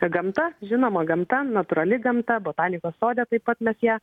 gamta žinoma gamta natūrali gamta botanikos sode taip pat mes ją